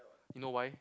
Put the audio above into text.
you know why